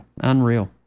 unreal